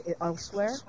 elsewhere